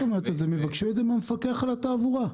הם יבקשו את זה מהמפקח על התעבורה.